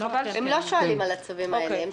הם לא שואלים על הצווים האלה.